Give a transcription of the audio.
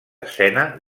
escena